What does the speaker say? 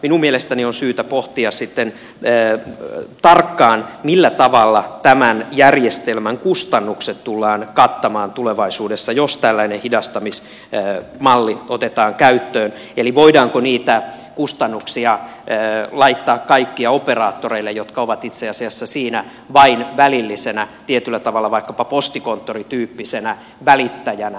minun mielestäni on syytä pohtia sitten tarkkaan millä tavalla tämän järjestelmän kustannukset tullaan kattamaan tulevaisuudessa jos tällainen hidastamismalli otetaan käyttöön eli voidaanko niitä kaikkia kustannuksia laittaa operaattoreille jotka ovat itse asiassa siinä vain välillisenä tietyllä tavalla vaikkapa postikonttorityyppisenä välittäjänä